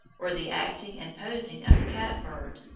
or the acting and posing of the catbird,